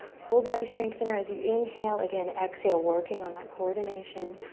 full body strengthener as you inhale. again exhale, working on that coordination.